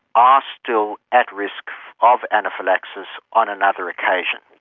ah still at risk of anaphylaxis on another occasion.